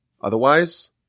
Otherwise